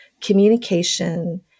communication